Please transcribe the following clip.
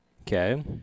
Okay